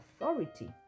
authority